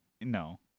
No